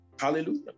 hallelujah